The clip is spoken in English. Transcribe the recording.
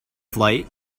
flight